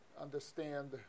Understand